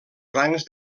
rangs